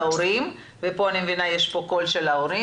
אני מנסה למקד כל הנושא הזה והצעקה שבאה אלינו,